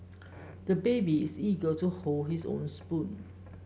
the baby is eager to hold his own spoon